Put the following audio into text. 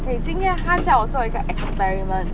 okay 今年他叫我做一个 experiment